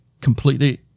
completely